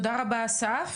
תודה רבה אגף.